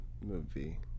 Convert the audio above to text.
movie